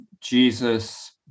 Jesus